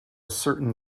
certain